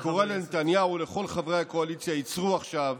אני קורא לנתניהו ולכל חברי הקואליציה: עצרו עכשיו.